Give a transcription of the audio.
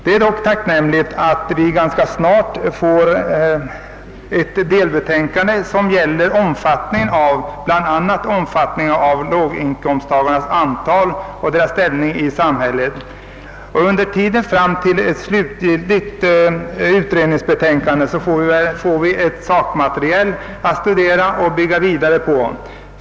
Det är dock tacknämligt att vi ganska snart får ett delbetänkande som gäller omfattningen av låginkomsttagarnas antal och ställning i samhället; under tiden fram till dess att ett slutgiltigt utredningsbetänkande avlämnas. får vi ett sakmaterial att studera och bygga vidare på.